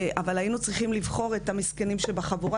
אבל היינו צריכים לבחור את המסכנים שבחבורה,